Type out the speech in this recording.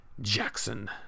Jackson